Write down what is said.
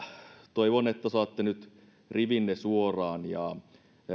toivon että saatte nyt rivinne suoraksi ja